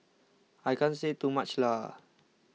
I can't say too much lah